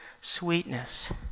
Sweetness